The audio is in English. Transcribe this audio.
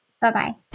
Bye-bye